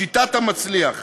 שיטת "מצליח".